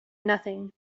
nothing